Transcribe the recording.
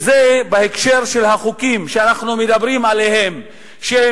בהקשר של החוקים העוקבים שאנחנו מדברים עליהם בכנסת לאחרונה,